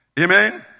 Amen